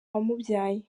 wamubyaye